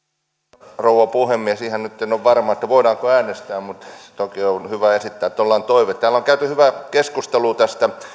arvoisa rouva puhemies en nyt ihan ole varma voidaanko äänestää mutta toki on hyvä esittää tuollainen toive täällä on käyty hyvä keskustelu